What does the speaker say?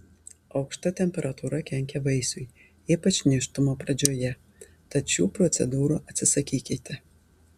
aukšta temperatūra kenkia vaisiui ypač nėštumo pradžioje tad šių procedūrų atsisakykite